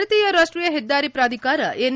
ಭಾರತೀಯ ರಾಷ್ಟೀಯ ಹೆದ್ದಾರಿ ಪ್ರಾಧಿಕಾರ ಎನ್